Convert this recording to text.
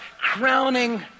crowning